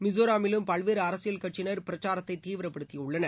மிஸோராமிலும் பல்வேறு அரசியல் கட்சியினர் பிரச்சாரத்தை தீவிரப்படுத்தியுள்ளனர்